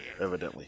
evidently